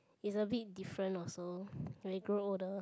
it's a bit different also when you grow older